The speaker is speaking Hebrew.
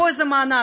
פה איזה מענק,